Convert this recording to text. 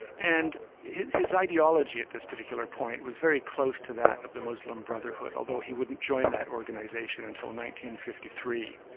and his ideology at this particular point was very close to that of the muslim brotherhood, although he wouldn't join that organisation until fifty three.